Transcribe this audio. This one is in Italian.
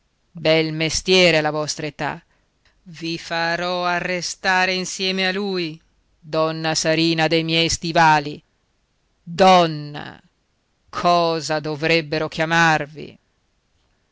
bel mestiere alla vostra età i farò arrestare insieme a lui donna sarina dei miei stivali donna cosa dovrebbero chiamarvi